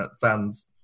fans